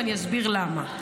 ואני אסביר למה: